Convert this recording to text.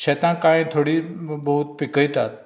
शेतां कांय थोडी भोव पिकयतात